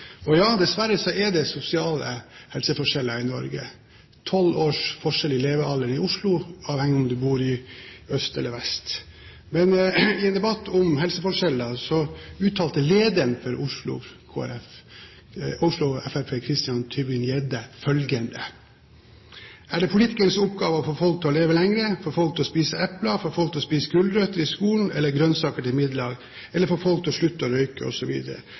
sliter. Ja, dessverre er det sosiale helseforskjeller i Norge – tolv års forskjell i levealderen i Oslo avhengig av om man bor i øst eller vest. I en debatt om helseforskjeller uttalte lederen for Oslo FrP, Christian Tybring-Gjedde, følgende: «Er det politikernes oppgave å få folk til å leve lenger, få folk til å spise epler, få folk til å spise gulrøtter i skolen eller grønnsaker til middag eller få folk til å slutte å røyke